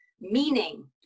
meaning